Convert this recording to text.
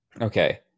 Okay